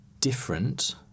different